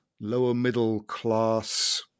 lower-middle-class